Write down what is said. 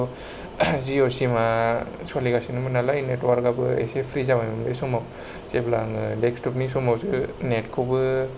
जिअ सिमा सलिगासिनोमोन नालाय नेटवार्काबो एसे फ्रि जाबायमोम बे समाव जेब्ला आङो देक्सटपनि समावसो नेटखौबो